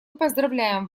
поздравляем